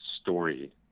Story